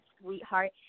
sweetheart